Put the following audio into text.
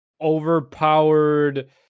overpowered